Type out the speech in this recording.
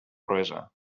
proesa